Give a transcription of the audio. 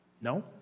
No